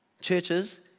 Churches